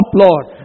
Lord